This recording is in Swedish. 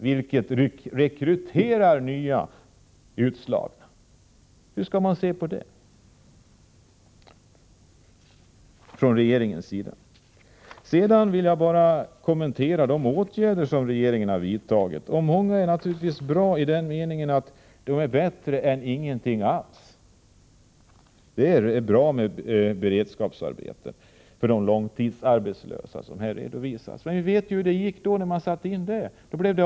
Detta rekryterar nya utslagna. Hur skall man se på det från regeringens sida? Jag vill kommentera de åtgärder som regeringen har vidtagit. Många är naturligtvis bra i den meningen att det är bättre med dessa åtgärder än om ingenting hade gjorts. Det är bra med de beredskapsarbeten för de långtidsarbetslösa som här redovisas. Men vi vet hur det har gått tidigare när sådana åtgärder har vidtagits.